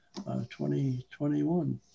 2021